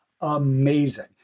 amazing